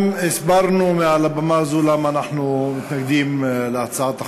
הסברנו מעל הבמה הזאת למה אנחנו מתנגדים להצעת החוק,